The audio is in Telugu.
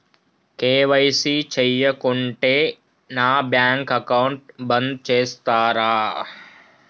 కే.వై.సీ చేయకుంటే నా బ్యాంక్ అకౌంట్ బంద్ చేస్తరా?